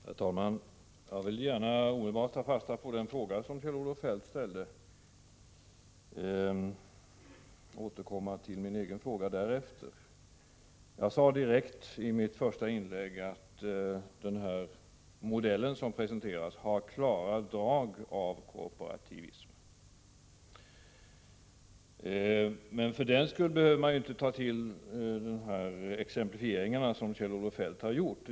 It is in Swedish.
Herr talman! Jag vill gärna ta fasta på den fråga Kjell-Olof Feldt ställde och återkomma till min egen fråga därefter. Jag sade direkt i mitt första inlägg att den modell som presenteras har klara drag av korporativism. Men för den skull behöver man inte ta till sådana exemplifieringar som Kjell-Olof Feldt har gjort.